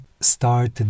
start